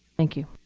thank you.